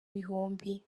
bihumbi